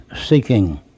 seeking